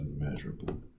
immeasurable